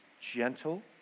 gentle